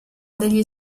degli